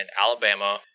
Alabama